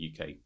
UK